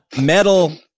Metal